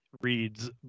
reads